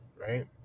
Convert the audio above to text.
Right